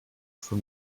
for